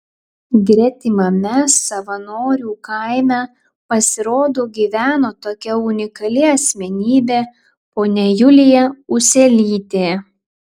gretimame savanorių kaime pasirodo gyveno tokia unikali asmenybė ponia julija uselytė